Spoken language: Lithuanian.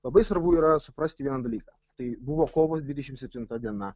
labai svarbu yra suprasti vieną dalyką tai buvo kovo dvidešim septinta diena